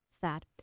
sad